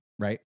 Right